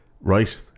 right